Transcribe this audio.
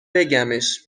بگمش